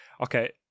Okay